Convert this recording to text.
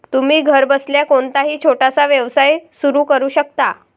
तुम्ही घरबसल्या कोणताही छोटासा व्यवसाय सुरू करू शकता